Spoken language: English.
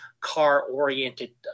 car-oriented